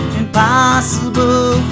impossible